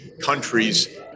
countries